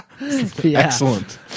Excellent